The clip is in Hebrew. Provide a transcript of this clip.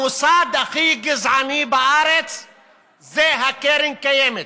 המוסד הכי גזעני בארץ זה הקרן הקיימת.